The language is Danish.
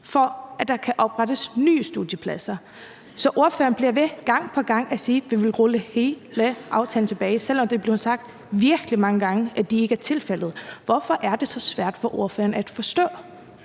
for, at der kan oprettes nye studiepladser. Ordføreren bliver ved med, gang på gang, at sige, at vi vil rulle hele aftalen tilbage, selv om det er blevet sagt virkelig mange gange, at det ikke er tilfældet. Hvorfor er det så svært for ordføreren at forstå?